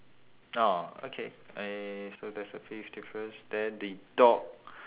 ah okay so that's the fifth difference then the dog